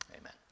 Amen